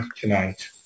tonight